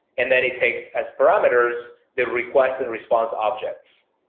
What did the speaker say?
and then it takes as parameters the request and response objects.